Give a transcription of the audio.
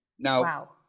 Now